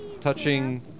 touching